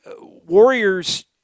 Warriors